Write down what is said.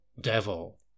devil